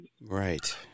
Right